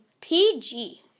PG